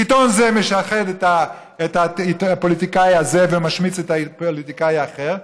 עיתון זה משחד את הפוליטיקאי הזה ומשמיץ את הפוליטיקאי האחר,